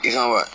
if not what